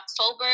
October